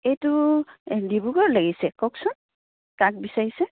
এইটো এই ডিব্ৰুগড়ত লাগিছে কওকচোন কাক বিচাৰিছে